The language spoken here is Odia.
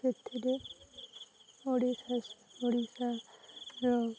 ସେଥିରେ ଓଡ଼ିଶା ଓଡ଼ିଶାର